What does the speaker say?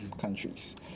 countries